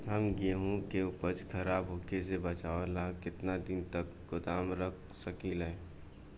हम गेहूं के उपज खराब होखे से बचाव ला केतना दिन तक गोदाम रख सकी ला?